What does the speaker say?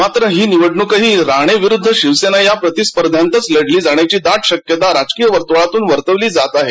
मात्र ही निवडणूकही राणे विरूद्ध शिवसेना या प्रतिस्पर्ध्यांतच लढली जाण्याची दाट शक्यता राजकीय वर्तुळात वर्तविली जात आहे